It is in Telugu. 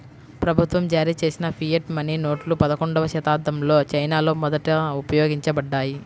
ప్రభుత్వం జారీచేసిన ఫియట్ మనీ నోట్లు పదకొండవ శతాబ్దంలో చైనాలో మొదట ఉపయోగించబడ్డాయి